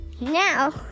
Now